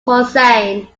hossain